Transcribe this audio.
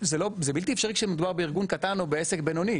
בלתי אפשרי כשמדובר בארגון קטן או בעסק בינוני,